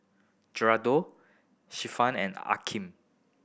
Geraldo Cephus and Akeem